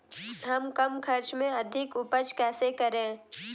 हम कम खर्च में अधिक उपज कैसे करें?